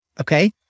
okay